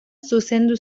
zuzendu